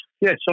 Yes